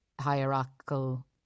hierarchical